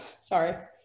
Sorry